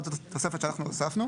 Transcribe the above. אבל זאת תוספת שאנחנו הוספנו,